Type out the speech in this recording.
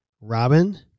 Robin